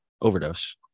overdose